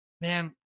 man